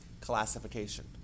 classification